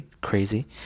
crazy